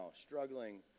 struggling